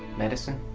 medicine?